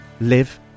live